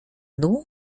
dół